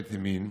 ממשלת ימין.